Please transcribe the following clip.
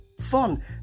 fun